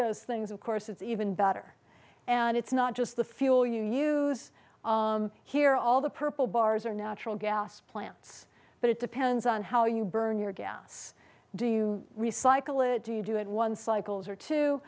those things of course it's even better and it's not just the fuel you use here all the purple bars are natural gas plants but it depends on how you burn your gas do you recycle it do you do it one cycles or t